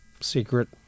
secret